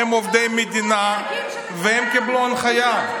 הם עובדי מדינה, והם קיבלו הנחיה.